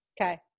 okay